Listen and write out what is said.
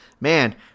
man